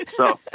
so.